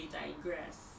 digress